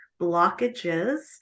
blockages